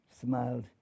smiled